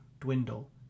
dwindle